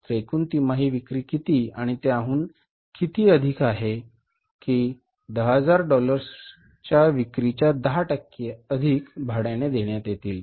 तर एकूण तिमाही विक्री किती आणि त्याहून किती अधिक आहे की 10000 डॉलर्सच्या विक्रीच्या 10 टक्के अधिक भाड्याने देण्यात येतील